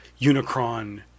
Unicron